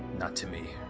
not to me.